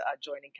joining